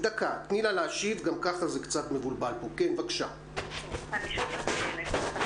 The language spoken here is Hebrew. אני שוב מעדכנת,